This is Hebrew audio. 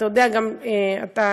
גם אתה יודע.